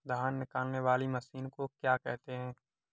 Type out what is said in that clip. धान निकालने वाली मशीन को क्या कहते हैं?